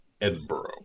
Edinburgh